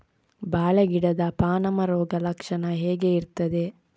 ಬಾಳೆ ಗಿಡದ ಪಾನಮ ರೋಗ ಲಕ್ಷಣ ಹೇಗೆ ಇರ್ತದೆ?